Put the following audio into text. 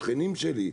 השכנים שלי,